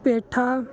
ਪੇਠਾ